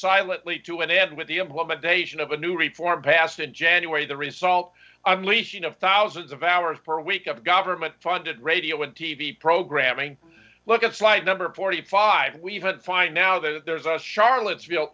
silently to an end with the implementation of a new reform passed in january the result unleashing of thousands of hours per week of government funded radio and t v programming look at flight number forty five we even find now that there's a charlottesville